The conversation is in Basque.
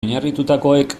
oinarritutakoek